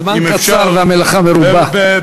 הזמן קצר והמלאכה מרובה.